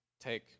take